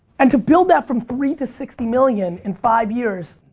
and to build that from three to sixty million, in five years,